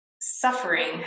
suffering